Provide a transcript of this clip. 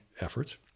efforts